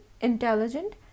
intelligent